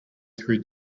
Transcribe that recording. through